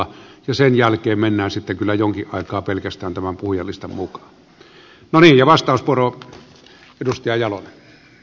ja sen jälkeen mennään sitten kyllä jonkin aikaa pelkästään tämän puhujalistan mukaan